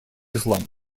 ислам